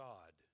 God